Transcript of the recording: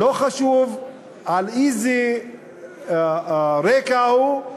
לא חשוב על איזה רקע הוא,